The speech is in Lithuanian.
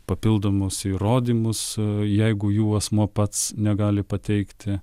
papildomus įrodymus jeigu jų asmuo pats negali pateikti